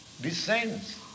descends